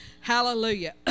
Hallelujah